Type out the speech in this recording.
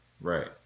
Right